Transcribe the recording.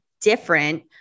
different